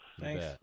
thanks